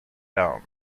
down